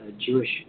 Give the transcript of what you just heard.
Jewish